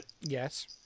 Yes